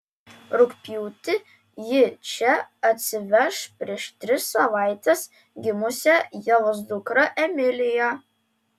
rugpjūtį ji čia atsiveš prieš tris savaites gimusią ievos dukrą emiliją